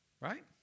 Right